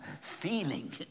feeling